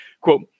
quote